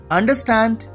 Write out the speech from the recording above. Understand